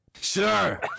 Sure